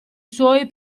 suoi